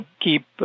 keep